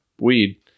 weed